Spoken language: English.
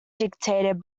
dictated